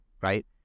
right